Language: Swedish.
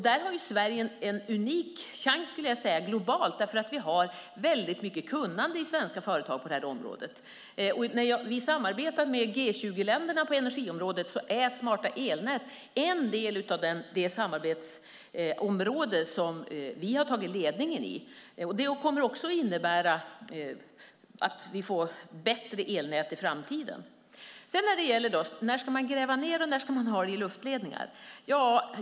Där har Sverige en unik chans globalt, skulle jag vilja säga, därför att vi har väldigt mycket kunnande i svenska företag på det här området. När vi samarbetar med G20-länderna på energiområdet är smarta elnät en del som vi har tagit ledningen i. Det kommer också att innebära att vi får bättre elnät i framtiden. När ska man gräva ned och när ska man ha luftledningar?